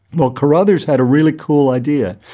well, carothers had a really cool idea.